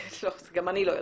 לא, זה גם אני לא יודעת,